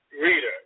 reader